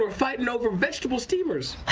fighting over vegetable steamers.